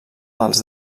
dels